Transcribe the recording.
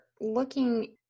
looking